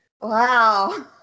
Wow